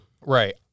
Right